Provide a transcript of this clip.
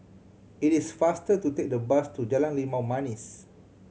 it is faster to take the bus to Jalan Limau Manis